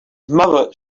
mother